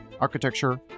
architecture